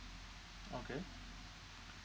okay